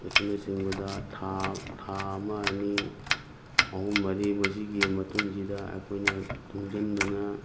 ꯑꯁꯤꯅ ꯆꯤꯡꯕꯗ ꯊꯥ ꯊꯥ ꯑꯃ ꯑꯅꯤ ꯑꯍꯨꯝ ꯃꯔꯤ ꯑꯁꯤꯒꯤ ꯃꯇꯨꯡꯁꯤꯗ ꯑꯩꯈꯣꯏꯅ ꯇꯨꯡꯖꯟꯗꯅ